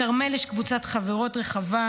לכרמל יש קבוצת חברות רחבה,